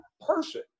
person